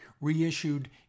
reissued